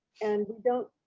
and we don't,